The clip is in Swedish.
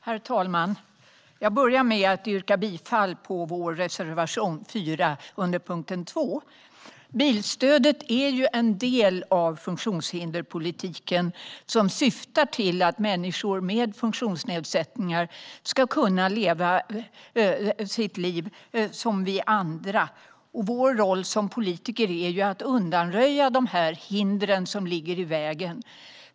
Herr talman! Jag vill börja med att yrka bifall till reservation 4 under punkt 2. Bilstödet är en del av funktionshinderspolitiken som syftar till att människor med funktionsnedsättningar ska kunna leva sitt liv som vi andra. Vår roll som politiker är att undanröja de hinder som ligger i vägen.